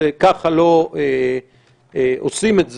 ככה לא עושים את זה,